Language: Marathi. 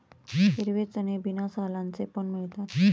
हिरवे चणे बिना सालांचे पण मिळतात